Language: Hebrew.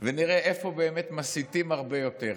ונראה איפה באמת מסיתים הרבה יותר.